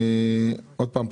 עוד פעם,